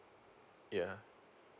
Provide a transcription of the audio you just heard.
yeah